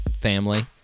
family